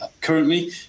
currently